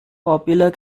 popular